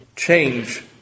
Change